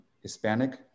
Hispanic